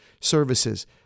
services